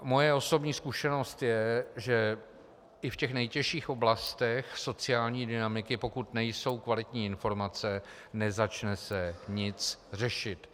Moje osobní zkušenost je, že i v těch nejtěžších oblastech sociální dynamiky, pokud nejsou kvalitní informace, nezačne se nic řešit.